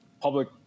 public